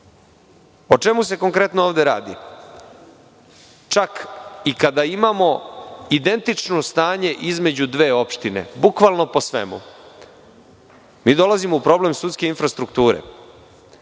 O čemu se konkretno ovde radi? Čak i kada imamo identično stanje između dve opštine, bukvalno po svemu, mi dolazimo u problem sudske infrastrukture.